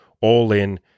all-in